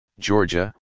Georgia